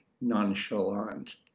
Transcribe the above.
nonchalant